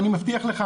אני מבטיח לך